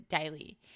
daily